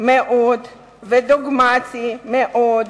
מאוד ודוגמטי מאוד,